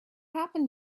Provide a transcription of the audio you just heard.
happened